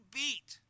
beat